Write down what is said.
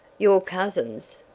your cousins?